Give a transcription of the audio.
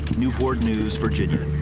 newport news, virginia.